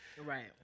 Right